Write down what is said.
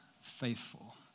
faithful